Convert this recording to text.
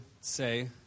say